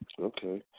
Okay